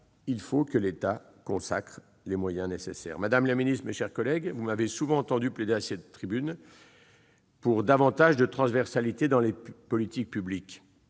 il faut que l'État mobilise les moyens nécessaires. Madame la ministre, mes chers collègues, vous m'avez souvent entendu plaider à cette tribune pour davantage de transversalité dans nos politiques publiques